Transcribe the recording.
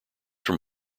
from